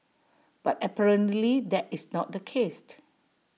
but apparently that is not the case